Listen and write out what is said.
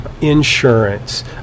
insurance